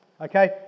Okay